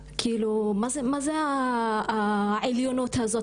כאילו מה זה העליונות הזאת?